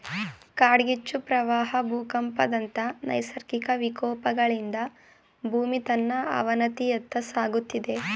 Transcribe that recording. ಕಾಡ್ಗಿಚ್ಚು, ಪ್ರವಾಹ ಭೂಕಂಪದಂತ ನೈಸರ್ಗಿಕ ವಿಕೋಪಗಳಿಂದ ಭೂಮಿ ತನ್ನ ಅವನತಿಯತ್ತ ಸಾಗುತ್ತಿದೆ